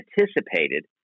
anticipated